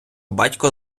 батько